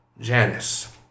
Janice